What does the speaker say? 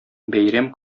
бәйрәм